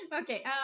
Okay